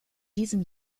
diesem